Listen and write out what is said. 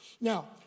Now